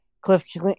Cliff